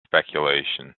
speculation